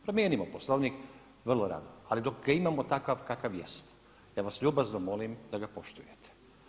Promijenimo Poslovnik vrlo rado, ali dok ga imamo takav kakav jest, ja vas ljubazno molim da ga poštujete.